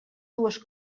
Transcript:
dues